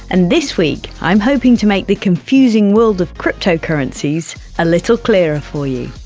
and this week, i'm hoping to make the confusing world of cryptocurrencies a little clearer for you.